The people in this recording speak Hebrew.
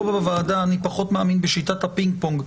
פה בוועדה אני פחות מאמין בשיטת הפינג פונג.